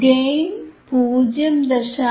gain 0